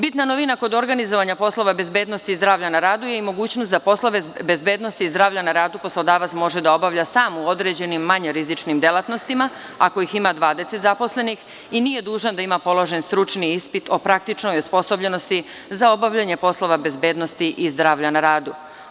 Bitna novina kod organizovanja poslova bezbednosti i zdravlja na radu je i mogućnost da poslove bezbednosti i zdravlja na radu poslodavac može da obavlja sam u određenim manje rizičnim delatnostima, ako ima 20 zaposlenih, i nije dužan da ima položen stručni ispit o praktičnoj osposobljenosti za obavljanje poslova bezbednosti i zdravlja na radu.